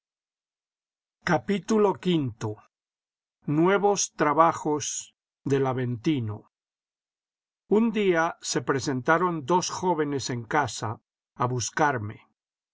mar nuevos trabajos del aventino un día se presentaron dos jóvenes en casa a buscarme